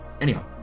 anyhow